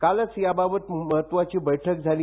कालच याबाबत महत्वाची बैठक झाली